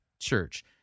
Church